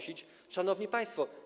Szanowni Państwo!